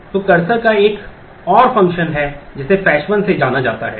तो कर्सर का एक और function है जिसे fetchone से जाता है